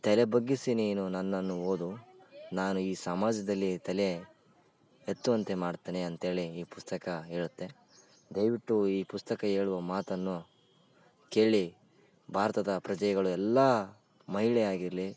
ತೆಲೆ ಬಗ್ಗಿಸಿ ನೀನು ನನ್ನನು ಓದು ನಾನು ಈ ಸಮಾಜದಲ್ಲಿ ತಲೆ ಎತ್ತುವಂತೆ ಮಾಡ್ತೀನಿ ಅಂತ್ಹೇಳಿ ಈ ಪುಸ್ತಕ ಹೇಳುತ್ತೆ ದಯವಿಟ್ಟು ಈ ಪುಸ್ತಕ ಹೇಳುವ ಮಾತನ್ನು ಕೇಳಿ ಭಾರತದ ಪ್ರಜೆಗಳು ಎಲ್ಲ ಮಹಿಳೆಯಾಗಿರಲಿ